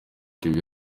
kevin